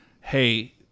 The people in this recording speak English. Hey